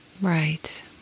Right